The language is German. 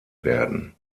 werden